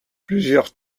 plusieurs